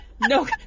No